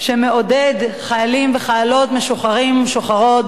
שמעודד חיילים וחיילות משוחררים ומשוחררות,